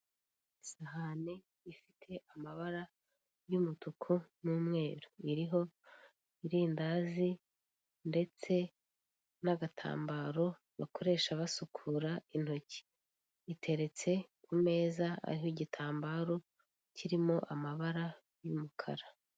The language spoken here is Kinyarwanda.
Isahani ifite amabara y'umutuku n'umweru, iriho irindazi ndetse n'agatambaro bakoresha basukura intoki, iteretse ku meza ariho igitambaro kirimo amabara y'umukara.